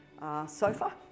sofa